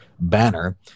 banner